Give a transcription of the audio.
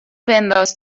بنداز